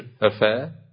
affair